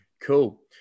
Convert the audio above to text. Cool